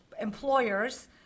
employers